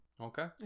okay